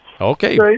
Okay